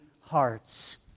hearts